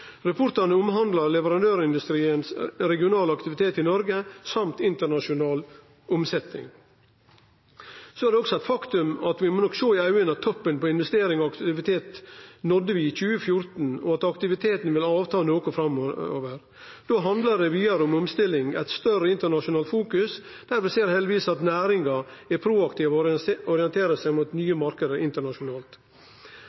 Rapportane handlar om leverandørindustriens regionale aktivitet i Noreg samt internasjonal omsetning. Det er også eit faktum at vi må sjå i augo at investeringar og aktivitet nådde toppen i 2014, og at aktiviteten vil minka noko framover. Då handlar det vidare om omstilling, eit større internasjonalt fokusering, og der ser vi heldigvis at næringa er proaktiv og orienterer seg mot